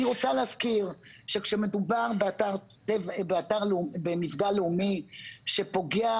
אני רוצה להזכיר שכשמדובר במפגע לאומי שפוגע